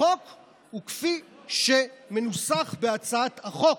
החוק הוא כפי שהוא מנוסח בהצעת החוק.